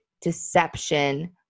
deception